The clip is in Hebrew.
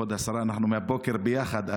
כבוד השרה, אנחנו מהבוקר ביחד.